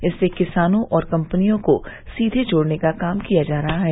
इससे किसानों और कम्पनियों को सीवे जोड़ने का काम किया जा रहा है